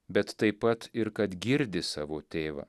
bet taip pat ir kad girdi savo tėvą